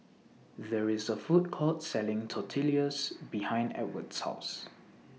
There IS A Food Court Selling Tortillas behind Edw's House